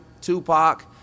Tupac